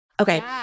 Okay